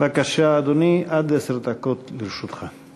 עד עשר דקות לרשותך.